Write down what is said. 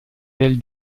del